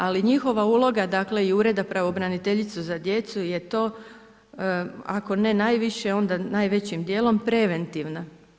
Ali, njihova uloga dakle, i Ureda pravobraniteljicu za djecu je to, ako ne najviše, onda najvećim dijelom preventivna.